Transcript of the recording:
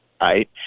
right